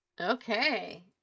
Okay